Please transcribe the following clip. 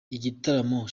igitaramo